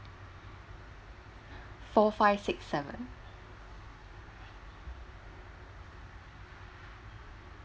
four five six seven